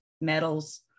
medals